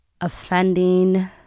offending